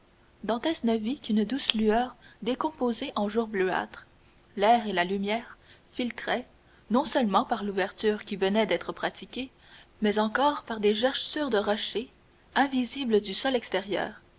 ne vit qu'une douce lueur décomposée en jour bleuâtre l'air et la lumière filtraient non seulement par l'ouverture qui venait d'être pratiquée mais encore par des gerçures de rochers invisibles du sol extérieur